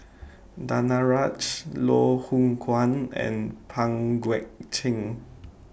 Danaraj Loh Hoong Kwan and Pang Guek Cheng